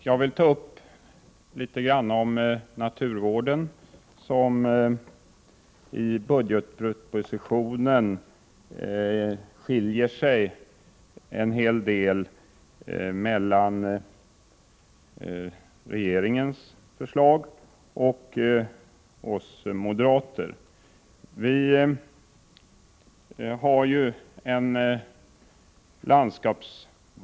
Herr talman! Jag vill säga litet grand om naturvården. Av budgetpropositionen framgår det att regeringens förslag skiljer sig en hel del från moderaternas förslag.